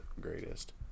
greatest